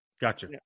Gotcha